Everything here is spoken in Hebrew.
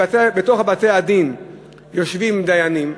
בתוך בתי-הדין יושבים דיינים,